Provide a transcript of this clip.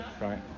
right